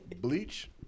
Bleach